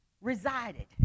resided